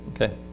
okay